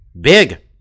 big